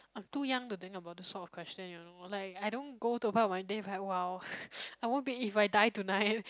I'm too young to think about this sort of question you know like I don't go to a part of my day like !wow! I won't be if I die tonight